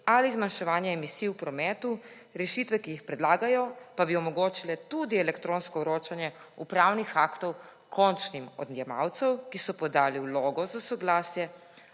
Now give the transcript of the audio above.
ali zmanjševanja emisij v prometu, rešitve, ki jih predlagajo pa bi omogočale tudi elektronsko vročanje upravnih aktov končnim odjemalcev, ki so podali vlogo za soglasje